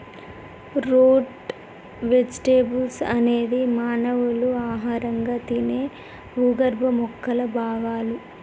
route vegetables అనేది మానవులు ఆహారంగా తినే భూగర్భ మొక్కల భాగాలు